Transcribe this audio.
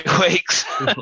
weeks